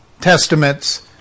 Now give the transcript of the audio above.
Testament's